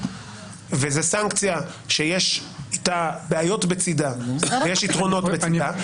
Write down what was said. וזה סנקציה שיש איתה בעיות בצדה ויש יתרונות בצדה.